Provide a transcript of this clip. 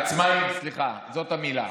עצמאיים, סליחה, זאת המילה.